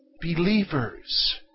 believers